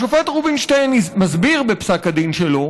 השופט רובינשטיין מסביר בפסק הדין שלו